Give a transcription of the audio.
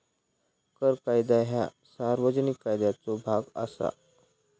कर कायदा ह्या सार्वजनिक कायद्याचो भाग असा